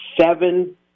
seven